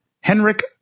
Henrik